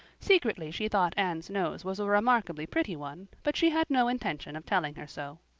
secretly she thought anne's nose was a remarkable pretty one but she had no intention of telling her so.